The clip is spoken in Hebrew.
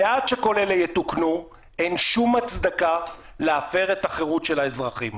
ועד שכל אלה יתוקנו אין שום הצדקה להפר את החירות של האזרחים.